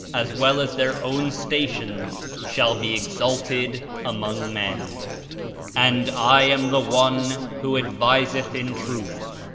as well as their own stations, shall be exalted among men and i am the one who adviseth in truth,